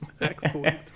Excellent